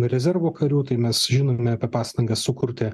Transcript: rezervo karių tai mes žinome apie pastangas sukurti